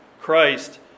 christ